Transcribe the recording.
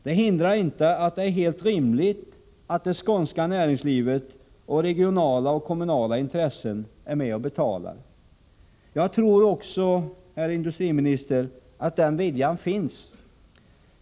Detta hindrar inte att det är helt rimligt att det skånska näringslivet liksom regionala och kommunala intressen är med och betalar. Jag tror också, herr industriminister, att den viljan finns.